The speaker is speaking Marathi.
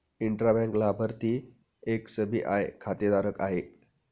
इंट्रा बँक लाभार्थी एक एस.बी.आय खातेधारक आहे